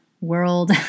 world